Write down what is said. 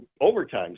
overtime